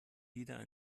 wieder